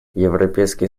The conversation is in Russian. европейский